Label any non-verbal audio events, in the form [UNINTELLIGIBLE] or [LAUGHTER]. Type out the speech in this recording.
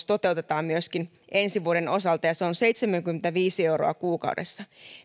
[UNINTELLIGIBLE] toteutetaan myöskin ensi vuoden osalta ja se on seitsemänkymmentäviisi euroa kuukaudessa